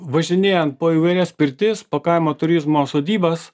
važinėjant po įvairias pirtis po kaimo turizmo sodybas